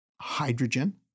hydrogen